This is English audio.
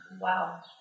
wow